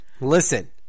Listen